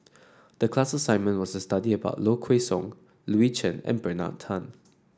the class assignment was to study about Low Kway Song Louis Chen and Bernard Tan